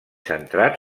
centrat